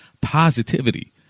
positivity